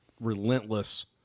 relentless